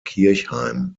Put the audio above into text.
kirchheim